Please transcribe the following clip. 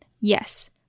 Yes